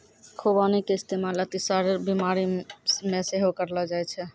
खुबानी के इस्तेमाल अतिसार बिमारी मे सेहो करलो जाय छै